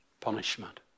punishment